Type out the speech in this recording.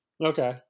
Okay